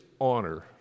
honor